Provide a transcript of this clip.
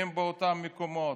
היא באותם מקומות: